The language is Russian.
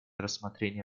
рассмотрения